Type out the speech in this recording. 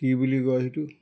কি বুলি কয় সেইটো